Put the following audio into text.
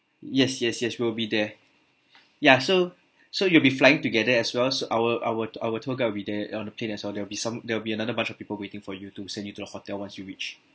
yes yes yes we'll be there ya so so you'll be flying together as well so our our our tour guide will be there on the plane as well there will be some there will be another bunch of people waiting for you to send you to the hotel once you reach